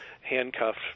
handcuffed